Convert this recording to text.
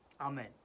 Amen